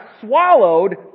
swallowed